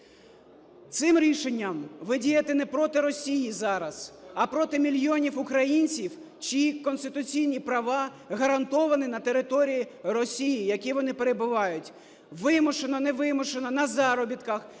цим рішенням ви дієте не проти Росії зараз, а проти мільйонів українців, чиї конституційні права гарантовані на території Росії, в якій вони перебувають. Вимушено, не вимушено, на заробітках,